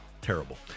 Terrible